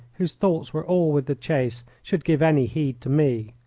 whose thoughts were all with the chase, should give any heed to me.